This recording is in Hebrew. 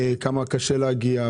קשה להגיע.